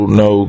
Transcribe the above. no